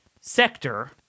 sector